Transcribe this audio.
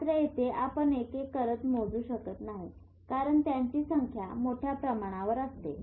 मात्र येथे आपण एक एक करत मोजू शकत नाही कारणत्यांची संख्या मोठ्या प्रमाणावर असते